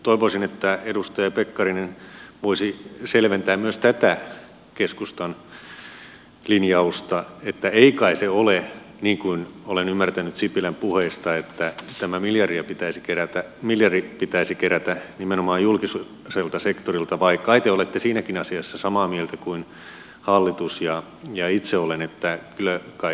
toivoisin että edustaja pekkarinen voisi selventää myös tätä keskustan linjausta että ei kai se ole niin kuin olen ymmärtänyt sipilän puheista että tämä miljardi pitäisi kerätä nimenomaan julkiselta sektorilta että kai te olette siinäkin asiassa samaa mieltä kuin hallitus on ja itse olen että kyllä kai yksityinenkin raha kelpaa